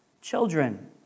Children